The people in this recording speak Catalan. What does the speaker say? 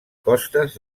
costes